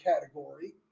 category